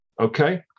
okay